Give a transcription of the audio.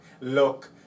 look